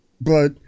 But-